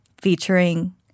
featuring